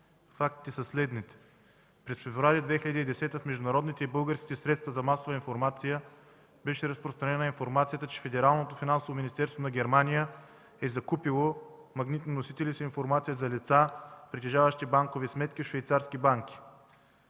Фактите са следните. През месец февруари 2010 г. в международните и българските средства за масова информация беше разпространена информацията, че Федералното финансово министерство на Германия е закупило магнитни носители с информация за лица, притежаващи банкови сметки в швейцарски банки.